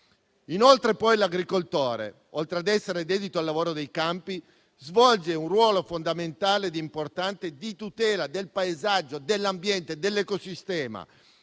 nostro Paese. L'agricoltore poi, oltre ad essere dedito al lavoro dei campi, svolge un ruolo fondamentale ed importante di tutela del paesaggio, dell'ambiente e dell'ecosistema.